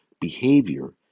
behavior